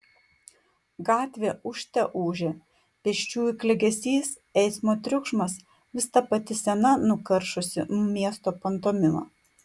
gatvė ūžte ūžė pėsčiųjų klegesys eismo triukšmas vis ta pati sena nukaršusi miesto pantomima